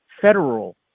federal